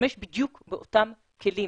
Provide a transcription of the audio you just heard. להשתמש בדיוק באותם כלים.